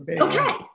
Okay